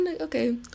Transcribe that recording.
okay